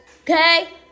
okay